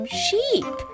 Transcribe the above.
sheep